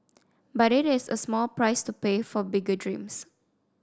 but it is a small price to pay for bigger dreams